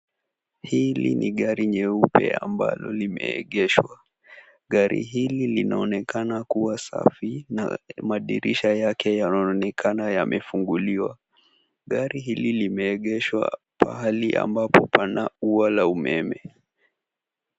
Hili ni gari nyeupe ambalo limeegeshwa. Gari hili linaonekana kuwa safi, na madirisha yake yanaonekana yamefunguliwa. Gari hili limeegeshwa pahali ambapo pana ua la umeme.